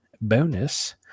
bonus